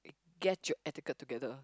get your etiquette together